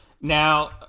Now